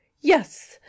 yes